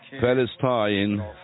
Palestine